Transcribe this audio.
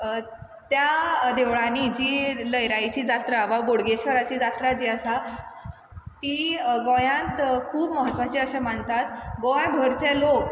त्या देवळांनी जी लयराईची जात्रा वा बोडगेश्वराची जात्रा जी आसा ती गोंयांत खूब महत्वाची आसा अशे मानतात हो गोंयभरचे लोक